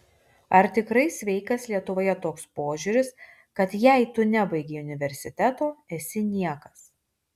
ar tikrai sveikas lietuvoje toks požiūris kad jei tu nebaigei universiteto esi niekas